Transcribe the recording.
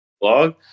blog